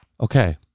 Okay